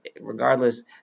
regardless